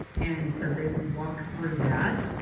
and so they walk through that.